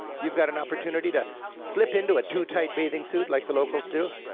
you've got an opportunity to slip into a too-tight bathing suit like the locals do,